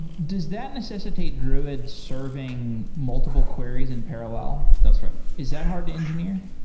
does that necessitate druid serving multiple queries in parallel? that's right is that hard to engineer?